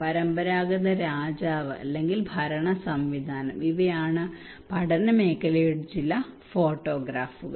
പരമ്പരാഗത രാജാവ് അല്ലെങ്കിൽ ഭരണസംവിധാനം ഇവയാണ് പഠനമേഖലയുടെ ചില ഫോട്ടോഗ്രാഫുകൾ